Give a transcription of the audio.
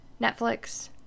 Netflix